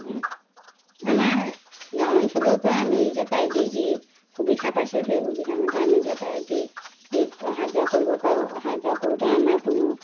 আমাৰ গাঁও অঞ্চলৰ পৰা আমি যাতায়তী যি সুবিধা পাইছোঁ সেই সুবিধা মতে আমি যাতায়তী অহা যোৱা কৰিব পাৰোঁ অহা যোৱা কৰোঁতে আমাৰ কোনো